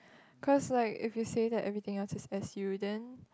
cause like if you say that everything else is S_U then